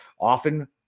often